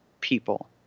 people